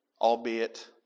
albeit